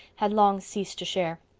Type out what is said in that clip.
had long ceased to share